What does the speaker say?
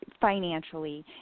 financially